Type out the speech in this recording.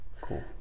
Cool